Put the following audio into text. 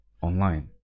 online